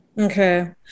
Okay